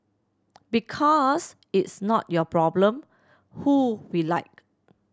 because it's not your problem who we like